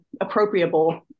appropriable